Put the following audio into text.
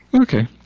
Okay